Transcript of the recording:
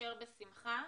נאפשר בשמחה.